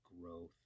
growth